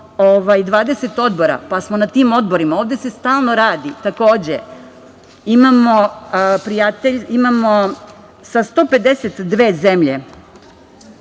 20 odbora, pa smo na tim odborima, ovde se stalno radi. Takođe imamo sa 152 zemlje,